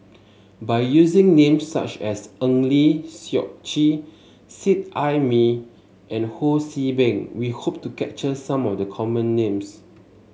by using names such as Eng Lee Seok Chee Seet Ai Mee and Ho See Beng we hope to capture some of the common names